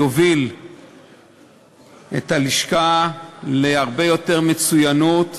שיוביל את הלשכה להרבה יותר מצוינות,